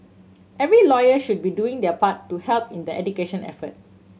every lawyer should be doing their part to help in the education effort